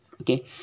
Okay